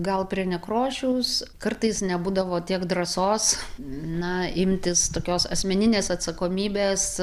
gal prie nekrošiaus kartais nebūdavo tiek drąsos na imtis tokios asmeninės atsakomybės